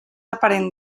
aparent